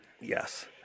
Yes